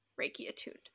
Reiki-attuned